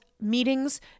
meetings